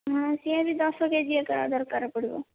ହଁ ସିଏ ବି ଦଶ କେଜି ଏକା ଦରକାର ପଡ଼ିବ